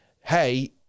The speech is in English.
hey